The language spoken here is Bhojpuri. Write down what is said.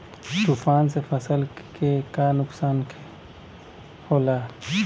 तूफान से फसल के का नुकसान हो खेला?